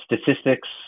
statistics